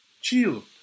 chill